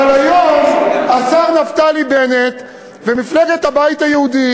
אבל היום השר נפתלי בנט ומפלגת הבית היהודי